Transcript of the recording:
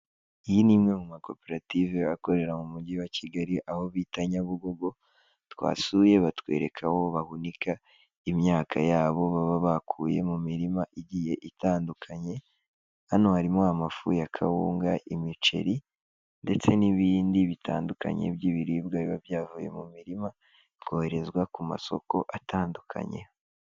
Iyi ni imwe mu makoperative akorera mu mujyi wa Kigali aho bita Nyabugogo, twasuye batwereka aho bahunika imyaka yabo baba bakuye mu mirima igiye itandukanye, hano harimo amafu ya kawunga, imiceri ndetse n'ibindi bitandukanye by'ibiribwa biba byavuye mu mirima, bikoherezwa ku masoko atandukanye.